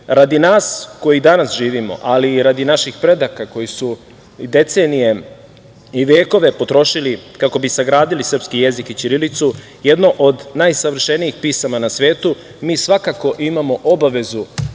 miru. Radi nas koji danas živimo, ali i radi naših predaka koji su decenije i vekove potrošili kako bi sagradili srpski jezik i ćirilicu, jedno od najsavršenijih pisama na svetu, mi svakako imamo obavezu